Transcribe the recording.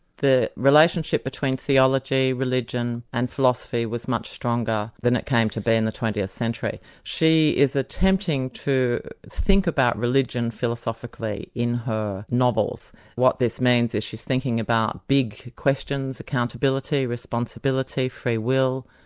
the relationship between theology, religion and philosophy was much stronger than it came to be in the twentieth century. she is attempting to think about religion philosophically in her novels. what this means is she's thinking about big questions accountability, responsibility, free will,